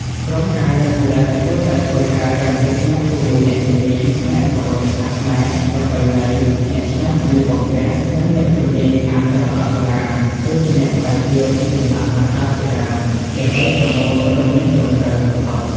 ក្រុមការងារផលិតគួរតែធ្វើការយ៉ាងជិតស្និទ្ធជាមួយអ្នកជំនាញផ្នែកប្រវត្តិសាស្ត្រខ្មែរ ប្រពៃណី អ្នកច្នៃសម្លៀកបំពាក់ និងអ្នកជំនាញខាងសិល្បៈបុរាណ ដូចជាអ្នកស្រាវជ្រាវពីចម្លាក់ប្រាសាទជាដើម ដើម្បីប្រមូលព័ត៌មានត្រឹមត្រូវបំផុត ។